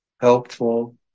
helpful